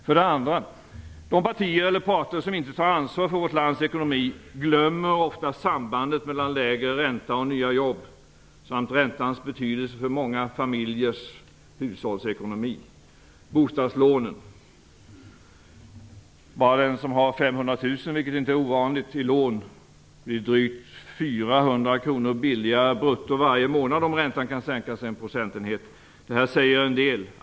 För det andra: De partier eller parter som inte tar ansvar för vårt lands ekonomi glömmer ofta sambandet mellan lägre ränta och nya jobb samt räntans betydelse för många familjers hushållsekonomi. Bostadslånen: Bara ett bostadslån på 500 000 kr, vilket inte är ovanligt, blir brutto drygt 400 kr billigare varje månad, om räntan kan sänkas med en procentenhet. Detta säger den del.